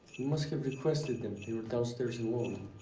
must have requested them. they were downstairs in lobby.